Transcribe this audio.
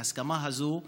ההסכמה הזאת,